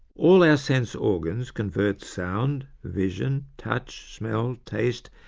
all our sense organs convert sound, vision, touch, smell, taste,